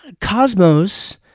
cosmos